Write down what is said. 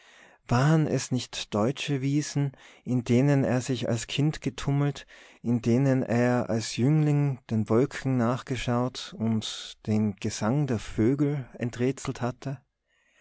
waren es nicht deutsche wiesen in denen er sich als kind getummelt in denen er als jüngling den wolken nachgeschaut und den gesang der vögel enträtselt hatte